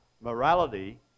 Morality